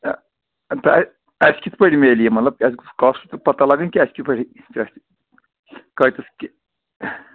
اسہِ کِتھ پٲٹھۍ میلہِ یہِ مطلب اسہِ گٔژھ کوسٹ تہِ پتہ لَگٕنۍ کہِ اسہِ کِتھ پٲٹھۍ کۭتِس کہِ